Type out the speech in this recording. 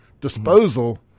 disposal